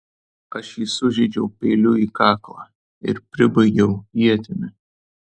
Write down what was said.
aš jį sužeidžiau peiliu į kaklą ir pribaigiau ietimi